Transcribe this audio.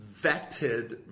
vetted